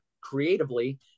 creatively